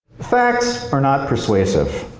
facts are not persuasive.